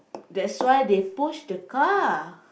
that's why they push the car